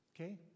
Okay